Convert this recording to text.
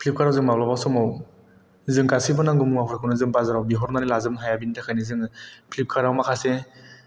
जों माब्लाबा समाव जों गासैबो नांगौ मुवाफोरखौनो जोङो बाजाराव बिहरनानै लाजोबनो हाया बेनि थाखायनो जोङो फ्लिपकार्ट आव माखासे